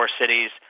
cities